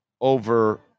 Over